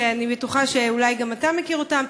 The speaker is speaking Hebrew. שאני בטוחה שגם אתה מכיר אותם,